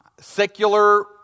Secular